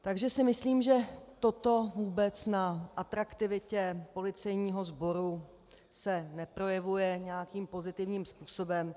Takže si myslím, že toto se vůbec na atraktivitě policejního sboru neprojevuje nějakým pozitivním způsobem.